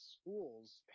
schools